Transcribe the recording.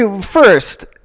first